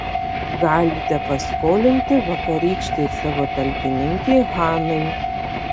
galite paskolinti vakarykštei savo talkininkei hanai